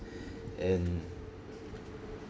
and